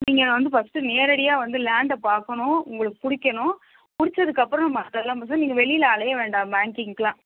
நீங்கள் வந்து ஃபர்ஸ்ட் நேரடியாக வந்து லேண்டை பார்க்கணும் உங்களுக்கு பிடிக்கணும் பிடிச்சதுக்கப்பறோம் மற்றதெல்லாம் வந்து நீங்கள் வெளியில் அலைய வேண்டாம் பேங்கிங்கெலாம்